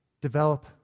develop